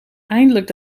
eindelijk